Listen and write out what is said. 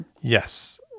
Yes